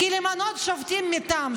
כי למנות שופטים מטעם,